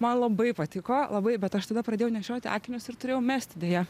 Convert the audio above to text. man labai patiko labai bet aš tada pradėjau nešioti akinius ir turėjau mesti deja